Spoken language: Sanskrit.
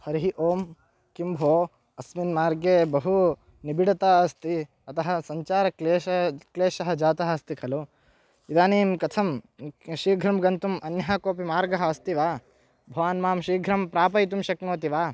हरिः ओं किं भोः अस्मिन् मार्गे बहु निबिडता अस्ति अतः सञ्चारक्लेशः क्लेशः जातः अस्ति खलु इदानीं कथं शीघ्रं गन्तुम् अन्यः कोऽपि मार्गः अस्ति वा भवान् मां शीघ्रं प्रापयितुं शक्नोति वा